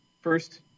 first